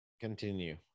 continue